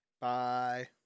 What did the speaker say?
Bye